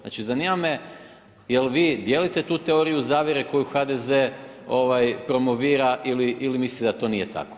Znači zanima me je li vi dijelite tu teoriju zavjere koju HDZ promovira ili mislite da to nije tako?